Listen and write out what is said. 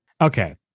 Okay